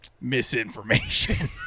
Misinformation